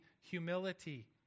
humility